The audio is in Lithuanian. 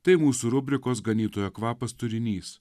tai mūsų rubrikos ganytojo kvapas turinys